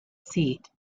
seat